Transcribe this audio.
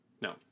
No